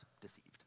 deceived